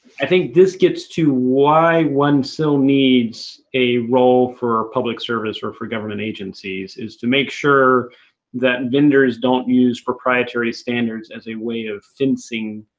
i think this gets to why one still needs a role for public service or for government agencies is to make sure that vendors don't use proprietary standards as a way of fencing